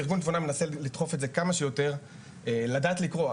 שארגון תבונה מנסה לדחוף את זה כמה שיותר לדעת לקרוא.